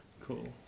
Cool